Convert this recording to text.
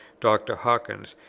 dr. hawkins,